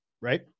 right